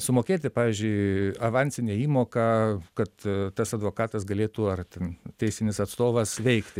sumokėti pavyzdžiui avansinę įmoką kad tas advokatas galėtų ar ten teisinis atstovas veikti